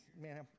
man